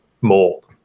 mold